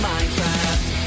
Minecraft